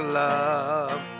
love